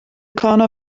corner